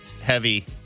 heavy